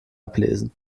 ablesen